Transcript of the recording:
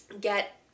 get